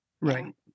Right